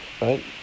right